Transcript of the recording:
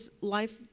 life